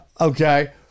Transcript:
okay